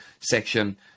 section